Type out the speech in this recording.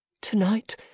Tonight